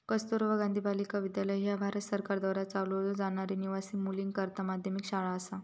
कस्तुरबा गांधी बालिका विद्यालय ह्या भारत सरकारद्वारा चालवलो जाणारी निवासी मुलींकरता माध्यमिक शाळा असा